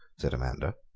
said amanda.